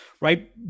right